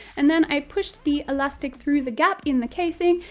and then i pushed the elastic through the gap in the casing,